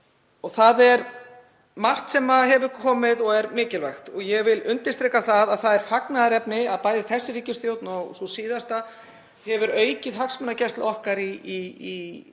og það er margt sem hefur komið fram og er mikilvægt. Ég vil undirstrika að það er fagnaðarefni að bæði þessi ríkisstjórn og sú síðasta hefur aukið hagsmunagæslu okkar í